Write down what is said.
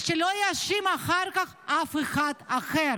שלא יאשים אחר כך אף אחד אחר,